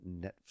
Netflix